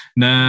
na